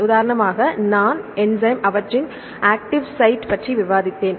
உதாரணமாக நான் என்சைம்அவற்றின் ஆக்ட்டிவ் சைட்ப் பற்றி விவாதித்தேன்